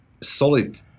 solid